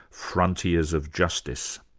frontiers of justice.